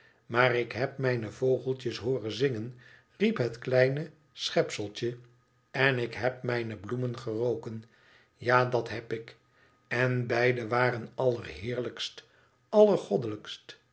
imaar ik heb mijne vogeltjes hooren zingen riep het kleine schepseltje en ik heb mijne bloemen geroken ja dat heb ik en beide waren